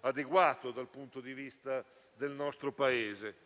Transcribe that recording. adeguato dal punto di vista del nostro Paese,